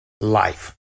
life